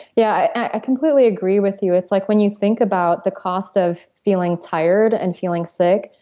yeah i completely agree with you. it's like when you think about the cost of feeling tired and feeling sick?